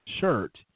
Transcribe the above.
Shirt